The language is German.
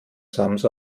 sams